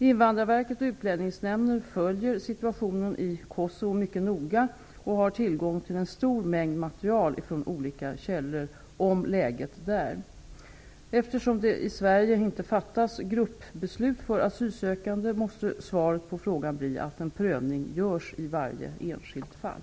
Invandrarverket och Utlänningsnämnden följer situationen i Kosovo mycket noga och har tillgång till en stor mängd material från olika källor om läget där. Eftersom det i Sverige inte fattas gruppbeslut för asylsökande måste svaret på frågan bli att en prövning görs i varje enskilt fall.